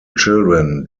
children